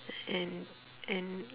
and and